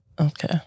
Okay